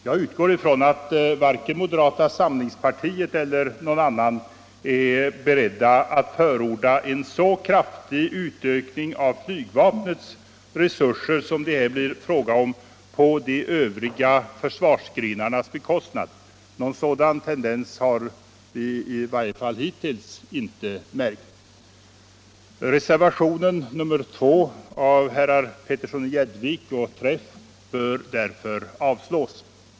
Jag utgår från att varken moderata samlingspartiet eller någon annan är beredd att förorda en så kraftig utökning av flygvapnets resurser som det här blir fråga om på de övriga försvarsgrenarnas bekostnad. Någon sådan tendens har vi i varje fall hittills inte märkt.